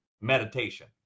meditation